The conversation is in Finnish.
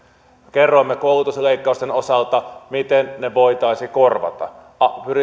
kerroimme koulutusleikkausten osalta miten ne voitaisiin korvata